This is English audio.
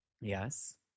Yes